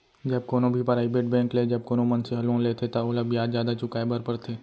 जब कोनो भी पराइबेट बेंक ले जब कोनो मनसे ह लोन लेथे त ओला बियाज जादा चुकाय बर परथे